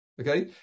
Okay